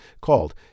called